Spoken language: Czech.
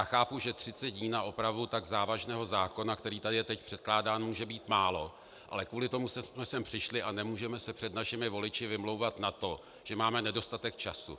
Chápu, že 30 dní na opravu tak závažného zákona, který je tady předkládán, může být málo, ale kvůli tomu jsme sem přišli a nemůžeme se před našimi voliči vymlouvat na to, že máme nedostatek času.